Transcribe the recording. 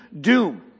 doom